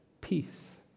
peace